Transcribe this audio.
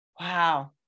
Wow